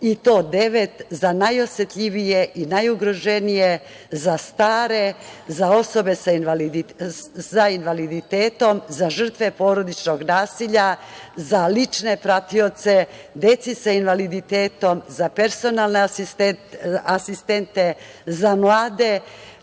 i to devet, za najosetljivije i najugroženije, za stare, za osobe sa invaliditetom, za žrtve porodičnog nasilja, za lične pratioce, deci sa invaliditetom, za personalne asistente, za mlade